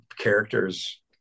characters